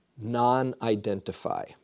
non-identify